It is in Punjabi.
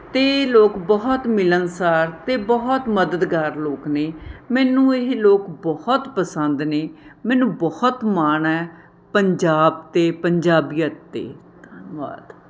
ਅਤੇ ਲੋਕ ਬਹੁਤ ਮਿਲਣਸਾਰ ਅਤੇ ਬਹੁਤ ਮਦਦਗਾਰ ਲੋਕ ਨੇ ਮੈਨੂੰ ਇਹ ਲੋਕ ਬਹੁਤ ਪਸੰਦ ਨੇ ਮੈਨੂੰ ਬਹੁਤ ਮਾਣ ਹੈ ਪੰਜਾਬ ਅਤੇ ਪੰਜਾਬੀਅਤ 'ਤੇ ਧੰਨਵਾਦ